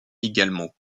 également